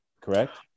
correct